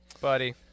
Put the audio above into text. Buddy